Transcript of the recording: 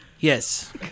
Yes